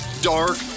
dark